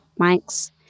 mics